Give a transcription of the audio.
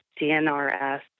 DNRS